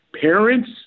Parents